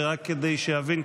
ורק כדי שאבין,